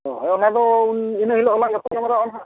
ᱦᱳᱭ ᱚᱱᱟᱫᱚ ᱩᱱ ᱤᱱᱟᱹ ᱦᱤᱞᱳᱜ ᱦᱚᱞᱟᱝ ᱜᱟᱯᱟᱞ ᱢᱟᱨᱟᱜᱼᱟ ᱦᱟᱸᱜ